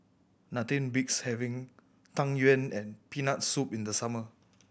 nothing beats having Tang Yuen and Peanut Soup in the summer